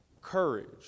courage